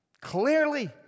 Clearly